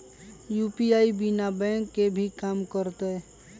UPI बिना bank के भी कम करतै?